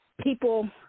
people